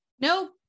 Nope